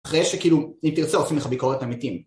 אחרי שכאילו, אם תרצה עושים לך ביקורת עמיתים